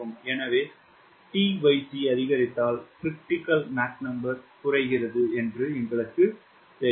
எனவே எப்போது tc அதிகரித்தால் 𝑀CR குறைகிறது என்று எங்களுக்குத் தெரியும்